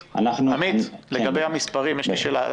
עמית, לגבי המספרים יש לי שאלה.